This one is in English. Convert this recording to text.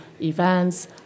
events